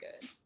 good